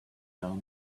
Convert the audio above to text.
down